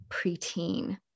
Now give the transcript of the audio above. preteen